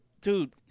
dude